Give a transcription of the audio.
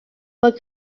what